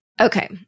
Okay